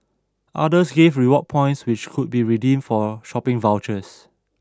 others gave rewards points which could be redeemed for shopping vouchers